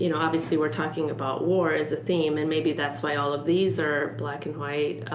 you know obviously we're talking about war as a theme and maybe that's why all of these are black and white.